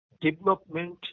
development